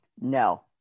No